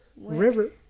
River